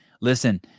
Listen